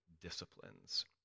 disciplines